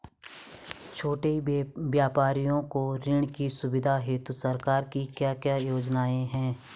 छोटे व्यापारियों को ऋण की सुविधा हेतु सरकार की क्या क्या योजनाएँ हैं?